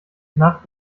nach